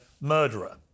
murderer